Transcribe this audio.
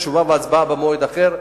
תשובה והצבעה במועד אחר.